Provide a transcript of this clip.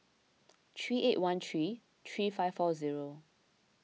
three eight one three three five four zero